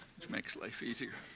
which makes life easier.